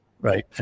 right